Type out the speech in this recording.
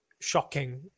shocking